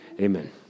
amen